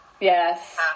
yes